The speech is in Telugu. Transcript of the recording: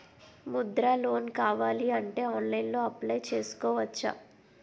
ముద్రా లోన్ కావాలి అంటే ఆన్లైన్లో అప్లయ్ చేసుకోవచ్చా?